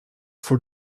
for